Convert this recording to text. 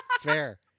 Fair